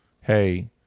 Hey